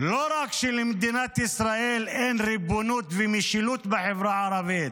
לא רק שלמדינת ישראל אין ריבונות ומשילות בחברה הערבית,